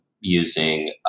using